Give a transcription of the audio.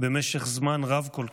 במשך זמן רב כל כך,